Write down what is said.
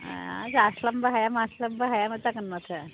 ए जास्लाबनोबो हाया मास्लाबनोबो हाया जागोन माथो